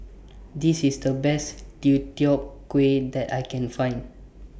This IS The Best Deodeok Gui that I Can Find